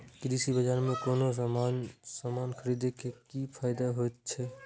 कृषि बाजार में कोनो सामान खरीदे के कि फायदा होयत छै?